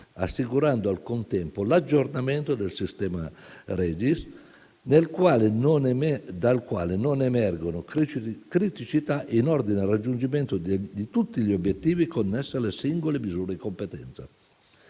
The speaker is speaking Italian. assicurando al contempo l'aggiornamento del sistema ReGiS, dal quale non emergono criticità in ordine al raggiungimento di tutti gli obiettivi connessi alle singole misure di competenza.